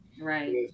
Right